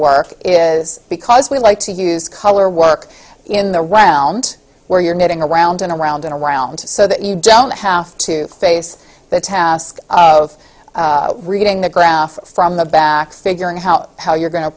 work is because we like to use color work in the round where you're getting around and around and around so that you don't have to face the task of reading the graph from the back figuring out how you're going to